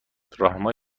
راهنمای